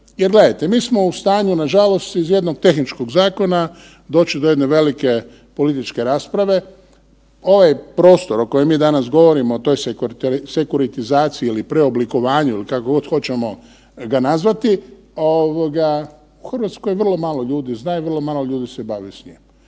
jer gledajte mi smo u stanju nažalost iz jednog tehničkog zakona doći do jedne velike političke rasprave. Ovaj prostor o kojem mi danas govorimo o sekuritizaciji ili preoblikovanju ili kako god hoćemo ga nazvati ovoga u Hrvatskoj vrlo malo ljudi zna i vrlo malo ljudi se bavi s njim,